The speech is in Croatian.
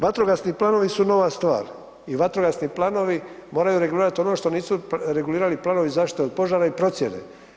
Vatrogasni planovi su nova stvar i vatrogasni planovi moraju regulirati ono što nisu regulirali planovi zaštite od požara i procjene.